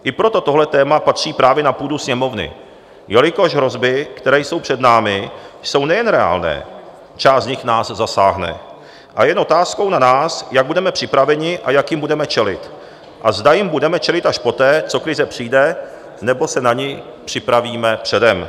I proto tohle téma patří právě na půdu Sněmovny, jelikož hrozby, které jsou před námi, jsou nejen reálné část z nich nás zasáhne a je jen otázkou na nás, jak budeme připraveni, jak jim budeme čelit a zda jim budeme čelit až poté, co krize přijde, nebo se na ně připravíme předem.